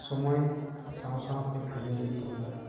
ᱥᱚᱢᱚᱭ ᱥᱟᱶ ᱥᱟᱶᱛᱮ ᱠᱟᱹᱢᱤ ᱤᱫᱤ ᱦᱩᱭᱩᱜᱼᱟ